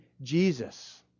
Jesus